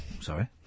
Sorry